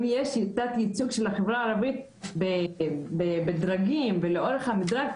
אם יש תת ייצוג של החברה הערבית בדרגים ולאורך המדרג,